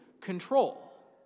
control